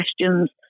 questions